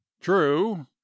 true